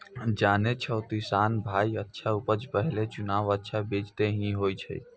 जानै छौ किसान भाय अच्छा उपज के पहलो चुनाव अच्छा बीज के हीं होय छै